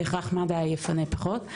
בהכרח מד"א יפנה פחות,